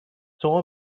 saw